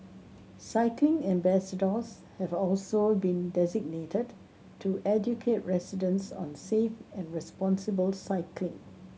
cycling ambassadors have also been designated to educate residents on safe and responsible cycling